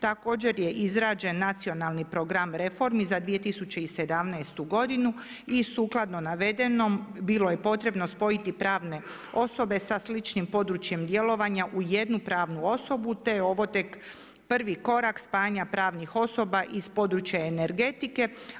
Također je izrađen Nacionalni program reformi za 2017. godinu i sukladno navedenom bilo je potrebno spojiti pravne osobe sa sličnim područjem djelovanja u jednu pravnu osobu, te je ovo tek prvi korak spajanja pravnih osoba iz područja energetike.